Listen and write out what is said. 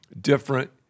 different